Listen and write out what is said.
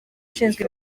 ushinzwe